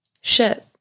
ship